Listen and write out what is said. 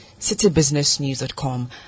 citybusinessnews.com